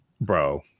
bro